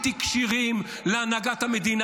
כמו שאני לא מצביעה לאף אסדרה של מקצוע.